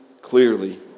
clearly